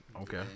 Okay